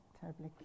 terribly